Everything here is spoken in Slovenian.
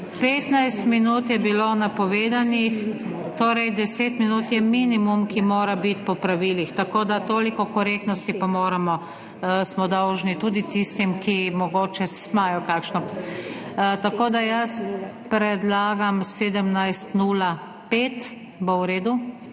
15 minut je bilo napovedanih, torej, 10 minut je minimum, ki mora biti po pravilih, tako da toliko korektnosti smo dolžni tudi tistim, ki mogoče imajo kakšno… Tako da jaz predlagam 17.05, bo v redu?